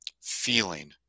feeling